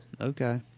okay